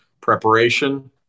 preparation